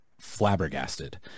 flabbergasted